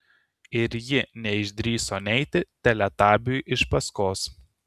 ir ji neišdrįso neiti teletabiui iš paskos